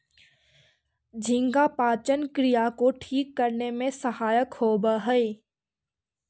झींगा पाचन क्रिया को ठीक करने में सहायक होवअ हई